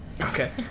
Okay